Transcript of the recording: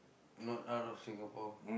not out of Singapore